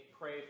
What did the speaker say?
pray